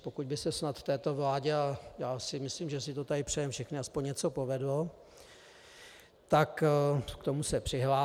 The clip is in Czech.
Pokud by se snad této vládě, a já si myslím, že si to tady přejeme všichni, aspoň něco povedlo, tak k tomu se přihlásí.